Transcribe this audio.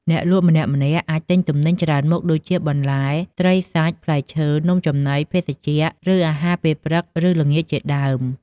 អ្នកលក់ម្នាក់ៗអាចលក់ទំនិញច្រើនមុខ ដូចជាបន្លែ ត្រីសាច់ ផ្លែឈើ នំចំណី ភេសជ្ជៈ ឬអាហារពេលព្រឹក ឬល្ងាចជាដើម។